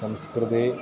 संस्कृते